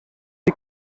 die